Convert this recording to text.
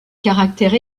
caractère